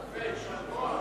יפה, יישר כוח.